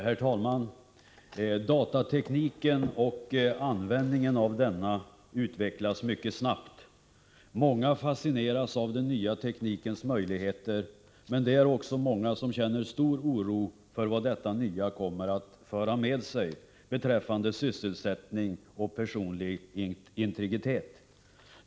Herr talman! Datatekniken och användningen av denna utvecklas mycket snabbt. Många fascineras av den nya teknikens möjligheter, men de är också många som känner stor oro för vad detta nya kommer att föra med sig beträffande sysselsättning och personlig integritet.